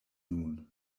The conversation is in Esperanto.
nun